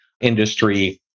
industry